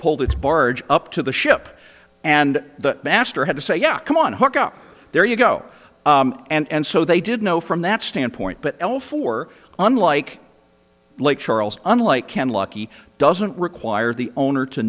pulled its barge up to the ship and the master had to say yeah come on hook up there you go and so they did know from that standpoint but all four unlike lake charles unlike ken lucky doesn't require the owner to